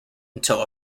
until